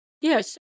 Yes